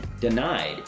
denied